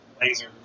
laser